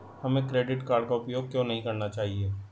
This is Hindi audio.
हमें क्रेडिट कार्ड का उपयोग क्यों नहीं करना चाहिए?